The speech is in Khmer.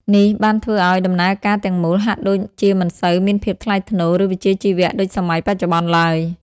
នេះបានធ្វើឲ្យដំណើរការទាំងមូលហាក់ដូចជាមិនសូវមានភាពថ្លៃថ្នូរ ឬវិជ្ជាជីវៈដូចសម័យបច្ចុប្បន្នឡើយ។